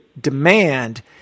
demand